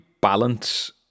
balance